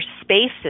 spaces